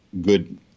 good